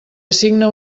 assigna